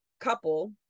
couple